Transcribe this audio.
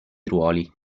ruoli